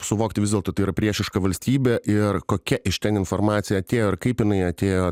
suvokti vis dėlto tai yra priešiška valstybė ir kokia iš ten informacija atėjo ir kaip jinai atėjo